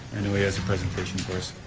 and know he has a presentation for